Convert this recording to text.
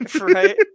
Right